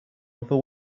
other